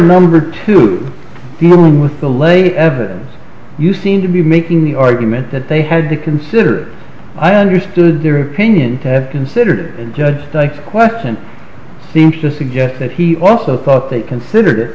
number two the one with the latest evidence you seem to be making the argument that they had to consider i understood their opinion to have considered and judged the question seems to suggest that he also thought they considered